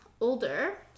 older